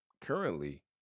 currently